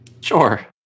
Sure